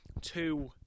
two